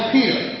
Peter